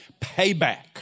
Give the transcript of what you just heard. payback